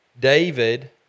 David